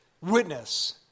witness